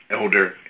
Elder